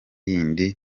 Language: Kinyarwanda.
yindi